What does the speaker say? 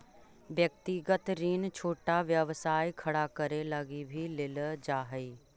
व्यक्तिगत ऋण छोटा व्यवसाय खड़ा करे लगी भी लेल जा हई